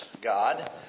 God